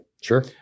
sure